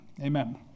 Amen